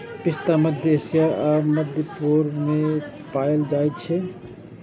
पिस्ता मध्य एशिया आ मध्य पूर्व मे पाएल जाइ छै